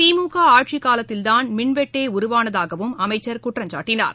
திமுக ஆட்சிக் காலத்தில் தான் மின்வெட்டே உருவானதாகவும் அமைச்சர் குற்றம் சாட்டினார்